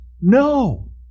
No